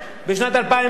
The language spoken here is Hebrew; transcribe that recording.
בשנת 2007,